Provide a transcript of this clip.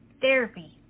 Therapy